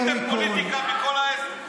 יותר מכול, עשיתם פוליטיקה מכל האירוע הזה.